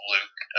Luke